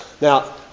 Now